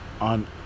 on